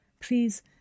Please